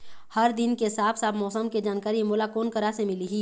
हर दिन के साफ साफ मौसम के जानकारी मोला कोन करा से मिलही?